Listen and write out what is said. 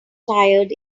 tired